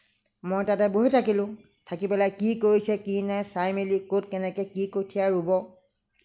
মই তাতে বহি থাকিলোঁ থাকি পেলাই কি কৰিছে কি নাই চাই মেলি ক'ত কেনেকৈ কি কঠিয়া ৰুব